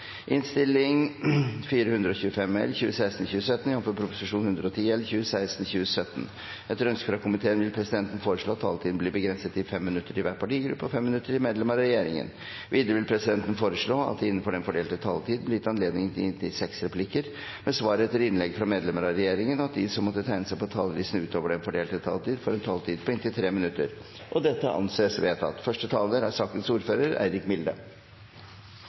innstilling. Flere har ikke bedt om ordet til sak nr. 12. Etter ønske fra justiskomiteen vil presidenten foreslå at taletiden blir begrenset til 5 minutter til hver partigruppe og 5 minutter til medlemmer av regjeringen. Videre vil presidenten foreslå at det – innenfor den fordelte taletid – blir gitt anledning til inntil seks replikker med svar etter innlegg fra medlemmer av regjeringen, og at de som måtte tegne seg på talerlisten utover den fordelte taletid, får en taletid på inntil 3 minutter. – Det anses vedtatt. Det norske straffesystemet er